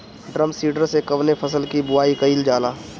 Drum seeder से कवने फसल कि बुआई कयील जाला?